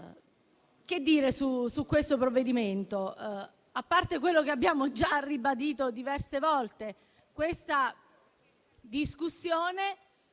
cosa dire su questo provvedimento, a parte quello che abbiamo già ribadito diverse volte? Questa discussione